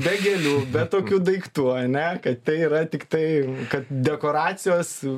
be gėlių be tokių daiktų ane kad tai yra tiktai kad dekoracijos